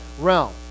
realm